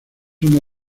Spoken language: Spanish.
una